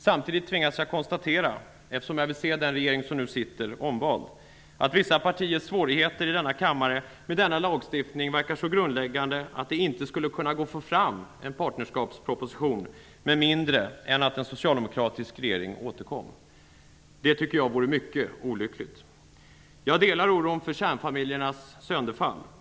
Samtidigt tvingas jag konstatera -- eftersom jag vill se sittande regering bli omvald -- att vissa partiers svårigheter i denna kammare med denna lagstiftning verkar så grundläggande att det inte skulle kunna gå att få fram en partnerskapsproposition med mindre än att en socialdemokratisk regering återkom. Det tycker jag vore mycket olyckligt. Jag delar oron för kärnfamiljernas sönderfall.